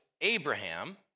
Abraham